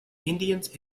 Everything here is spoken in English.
indians